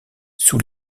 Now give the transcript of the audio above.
sous